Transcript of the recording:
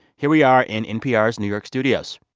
here we are in npr's new york studios